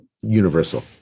universal